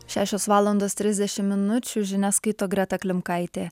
šešios valandos trisdešimt minučių žinias skaito greta klimkaitė